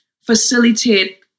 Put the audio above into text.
facilitate